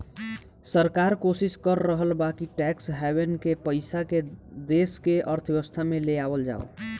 सरकार कोशिस कर रहल बा कि टैक्स हैवेन के पइसा के देश के अर्थव्यवस्था में ले आवल जाव